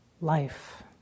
life